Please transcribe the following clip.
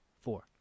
Four